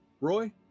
Roy